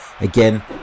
again